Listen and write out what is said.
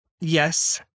Yes